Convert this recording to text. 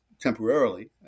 temporarily